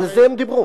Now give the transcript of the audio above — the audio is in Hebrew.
על זה הם דיברו.